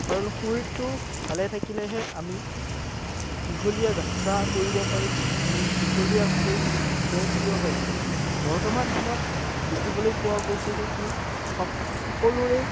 কাৰণ শৰীৰটো ভালে থাকিলেহে আমি দীঘলীয়া যাত্ৰা কৰিব পাৰিম আমি দীঘলীয়াকৈ জীয়াই থাকিব পাৰিম বৰ্তমান সময়ত দেখিবলৈ পোৱা গৈছে যে কি সক সকলোৰে